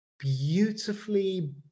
beautifully